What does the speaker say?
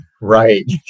right